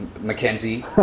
Mackenzie